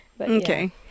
Okay